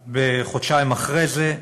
וחודשיים אחרי זה,